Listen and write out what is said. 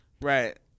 Right